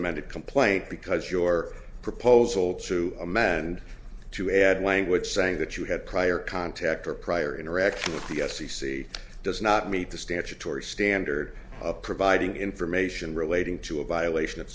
amended complaint because your proposal to amend to add language saying that you had prior contact or prior interaction with the f c c does not meet the statutory standard of providing information relating to violation of